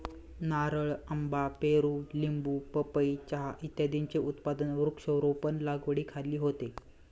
नारळ, आंबा, पेरू, लिंबू, पपई, चहा इत्यादींचे उत्पादन वृक्षारोपण लागवडीखाली होते